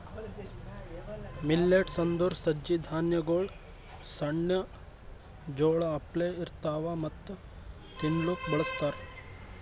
millets ಅಂದುರ್ ಸಜ್ಜಿ ಧಾನ್ಯಗೊಳ್ ಸಣ್ಣ ಜೋಳ ಅಪ್ಲೆ ಇರ್ತವಾ ಮತ್ತ ತಿನ್ಲೂಕ್ ಬಳಸ್ತಾರ್